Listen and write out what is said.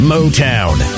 Motown